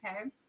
okay